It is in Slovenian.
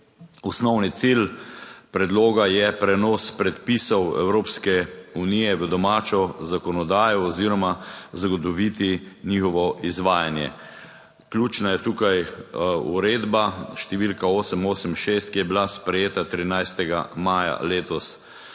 Osnovni cilj predloga je prenos predpisov Evropske unije v domačo zakonodajo oziroma zagotoviti njihovo izvajanje. Ključna je tukaj uredba številka 886, ki je bila sprejeta 13. Maja letos.